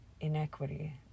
inequity